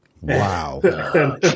Wow